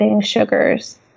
sugars